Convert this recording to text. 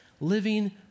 living